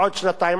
בעוד שנתיים,